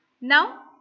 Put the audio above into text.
now